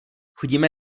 chodíme